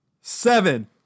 Seven